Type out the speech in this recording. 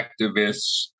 activists